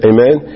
Amen